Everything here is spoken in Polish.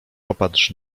popatrz